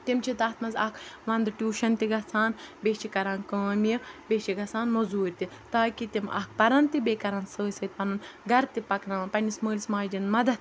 تِم چھِ تَتھ منٛز اَکھ وَنٛدٕ ٹیوٗشَن تہِ گژھان بیٚیہِ چھِ کَران کٲم یہِ بیٚیہِ چھِ گژھان مٔزوٗرۍ تہِ تاکہِ تِم اَکھ پَرَن تہِ بیٚیہِ کَرَن سۭتۍ سۭتۍ پَنُن گَرٕ تہِ پَکناوَن پنٛنِس مٲلِس ماجہِ دِنۍ مَدد